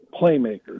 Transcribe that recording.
playmakers